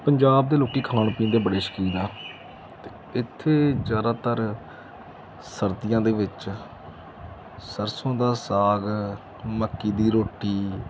ਪੰਜਾਬ ਦੇ ਲੋਕ ਖਾਣ ਪੀਣ ਦੇ ਬੜੇ ਸ਼ੌਕੀਨ ਆ ਅਤੇ ਇੱਥੇ ਜ਼ਿਆਦਾਤਰ ਸਰਦੀਆਂ ਦੇ ਵਿੱਚ ਸਰਸੋਂ ਦਾ ਸਾਗ ਮੱਕੀ ਦੀ ਰੋਟੀ